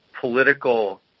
political